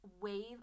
wave